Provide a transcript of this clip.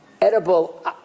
edible